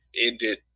ended